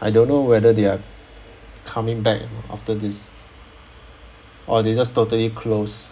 I don't know whether they're coming back after this or they just totally close